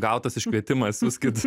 gautas iškvietimas siųskit